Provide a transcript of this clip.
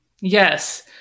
Yes